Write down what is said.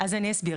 אז אני אסביר.